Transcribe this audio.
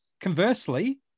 Conversely